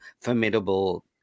formidable